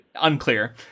unclear